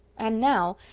and now,